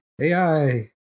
AI